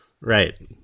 Right